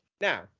now